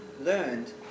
learned